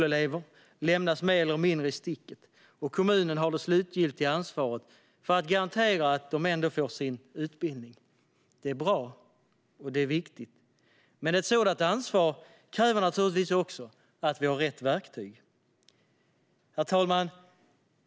Eleverna lämnas mer eller mindre i sticket, och kommunen har det slutgiltiga ansvaret för att garantera att de ändå får sin utbildning. Det senare är bra, och det är viktigt. Men ett sådant ansvar kräver naturligtvis också att man har rätt verktyg. Herr talman!